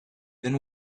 then